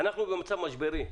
במצב משברי.